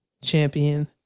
Champion